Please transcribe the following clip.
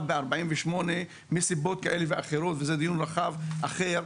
ב-1948 מסיבות כאלה ואחרות וזה דיון רחב אחר,